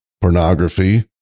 pornography